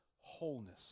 wholeness